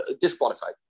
disqualified